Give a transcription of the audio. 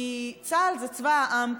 כי צה"ל זה צבא העם,